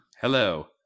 Hello